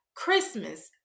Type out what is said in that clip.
Christmas